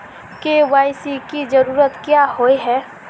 KYC की जरूरत क्याँ होय है?